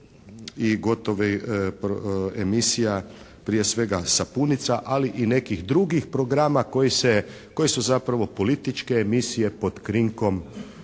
i gotovih emisija prije svega sapunica ali i nekih drugih programa koji su zapravo političke emisije pod krinkom